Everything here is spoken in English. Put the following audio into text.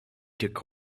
took